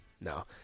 No